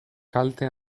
kalte